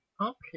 Okay